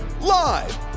live